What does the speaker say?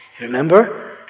Remember